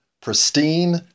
pristine